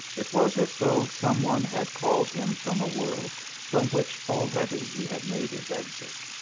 it was as though some one had called him from a world from which already he had made his exit.